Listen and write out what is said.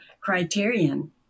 criterion